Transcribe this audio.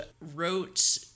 wrote